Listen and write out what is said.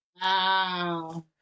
wow